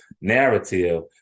narrative